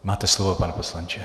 Máte slovo, pane poslanče.